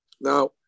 Now